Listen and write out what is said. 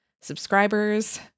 subscribers